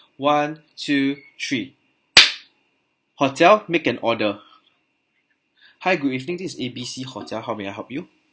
one two three hotel make an order hi good evening this is A B C hotel how may I help you